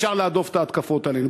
אפשר להדוף את ההתקפות עלינו.